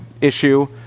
issue